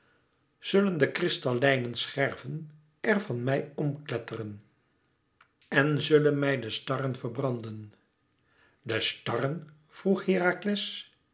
zullen de kristallijnen scherven er van mij omkletteren en zullen mij de starren verbranden de starren vroeg herakles